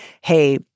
hey—